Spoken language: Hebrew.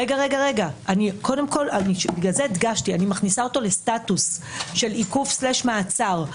בגלל זה הדגשתי שאני מכניסה אותו לסטטוס של עיכוב/מעצר.